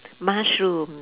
mushroom